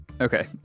Okay